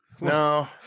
No